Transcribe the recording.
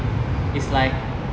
it's like